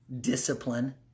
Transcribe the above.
Discipline